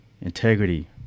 integrity